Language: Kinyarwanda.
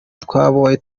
twabaye